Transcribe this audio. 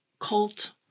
cult